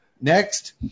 Next